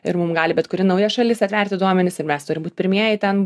ir mum gali bet kuri nauja šalis atverti duomenis ir mes turim būt pirmieji ten